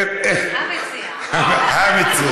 לא אמרתי אחד המציעים.